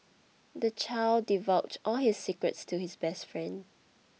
the child divulged all his secrets to his best friend